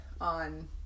on